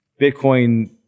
Bitcoin